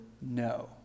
no